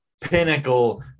pinnacle